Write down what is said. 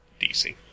DC